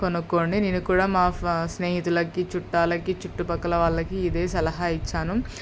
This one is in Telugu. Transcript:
కొనుక్కోండి నేను కూడా మా ఫా స్నేహితులకి చుట్టాలకి చుట్టుపక్కల వాళ్ళకి ఇదే సలహా ఇచ్చాను